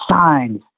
signs